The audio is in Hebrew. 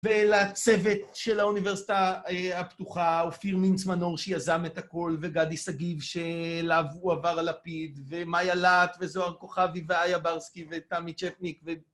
ולצוות של האוניברסיטה הפתוחה, אופיר מינץ-מנור שיזם את הכול, וגדי שגיב, שאליו הועבר הלפיד, ומאיה להט, וזוהר כוכבי, ואיה ברסקי, ותמי צ׳פניק, ו...